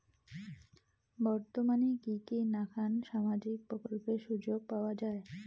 বর্তমানে কি কি নাখান সামাজিক প্রকল্পের সুযোগ পাওয়া যায়?